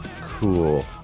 Cool